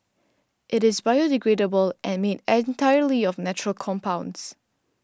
it is biodegradable and made entirely of natural compounds